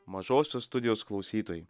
mažosios studijos klausytojai